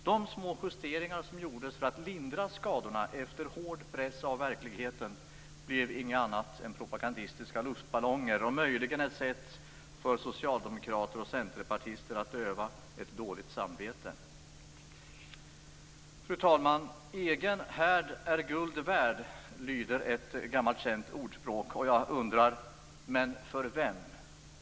De små justeringar som gjordes för att lindra skadorna, efter hård press av verkligheten, blev inget annat än propagandistiska luftballonger och möjligen ett sätt för socialdemokrater och centerpartister att döva ett dåligt samvete. Fru talman! Egen härd är guld värd, lyder ett gammalt känt ordspråk. Jag undrar: För vem?